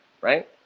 right